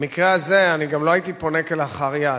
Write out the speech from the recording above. במקרה הזה, אני גם לא הייתי פונה כלאחר יד.